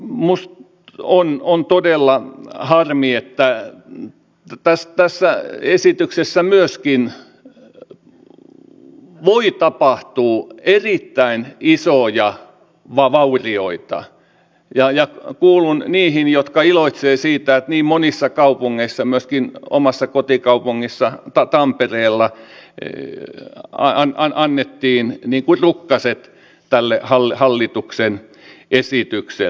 minusta on todella harmi että tässä esityksessä myöskin voi tapahtua erittäin isoja vaurioita ja kuulun niihin jotka iloitsevat siitä että niin monissa kaupungeissa myöskin omassa kotikaupungissani tampereella annettiin rukkaset tälle hallituksen esitykselle